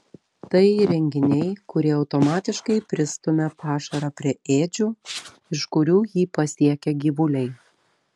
tai įrenginiai kurie automatiškai pristumia pašarą prie ėdžių iš kurių jį pasiekia gyvuliai